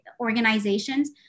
organizations